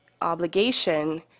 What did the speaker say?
obligation